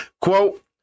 Quote